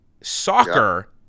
soccer